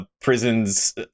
prisons